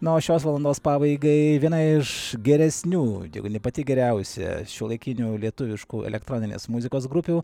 na o šios valandos pabaigai viena iš geresnių tegu ne pati geriausia šiuolaikinių lietuviškų elektroninės muzikos grupių